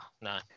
no